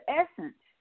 essence